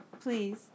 please